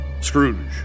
Scrooge